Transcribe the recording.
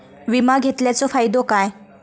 विमा घेतल्याचो फाईदो काय?